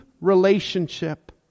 relationship